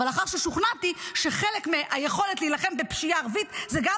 אבל לאחר ששוכנעתי שחלק מהיכולת להילחם בפשיעה ערבית זה גם